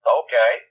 okay